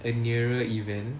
a nearer event